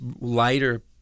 lighter